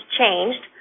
changed